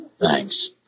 Thanks